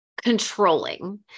controlling